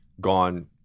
gone